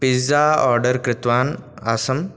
pizza order कृतवान् आसम्